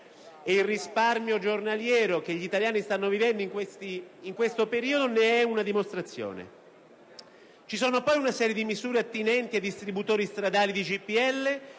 Il risparmio giornaliero di cui che gli italiani stanno usufruendo in questo periodo ne è una dimostrazione. Ci sono poi una serie di misure attinenti ai distributori stradali di GPL